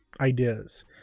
ideas